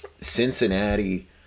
Cincinnati